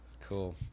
cool